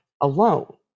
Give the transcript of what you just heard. alone